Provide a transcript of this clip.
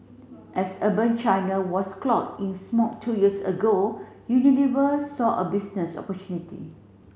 as urban China was cloaked in smog two years ago Unilever saw a business opportunity